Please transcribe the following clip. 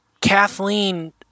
Kathleen